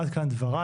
עד כאן דבריי.